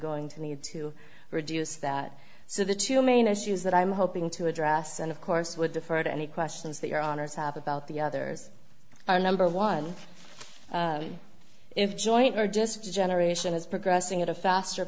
going to need to reduce that so the two main issues that i'm hoping to address and of course would defer to any questions that your honour's have about the others are number one if joint or just generation is progressing at a faster